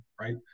right